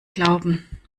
glauben